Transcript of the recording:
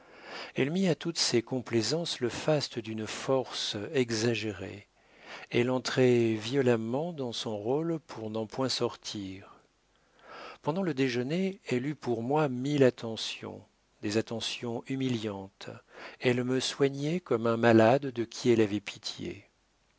elle mit à toutes ses complaisances le faste d'une force exagérée elle entrait violemment dans son rôle pour n'en point sortir pendant le déjeuner elle eut pour moi mille attentions des attentions humiliantes elle me soignait comme un malade de qui elle avait pitié